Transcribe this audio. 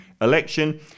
election